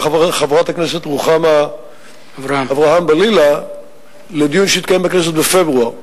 אמרה חברת הכנסת רוחמה אברהם-בלילא שהוא התקיים בכנסת בפברואר,